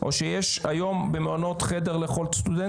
או שיש היום במעונות חדר לכל סטודנט?